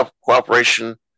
cooperation